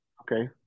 okay